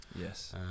yes